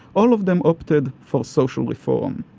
all of them opted for social reform,